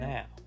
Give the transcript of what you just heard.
Now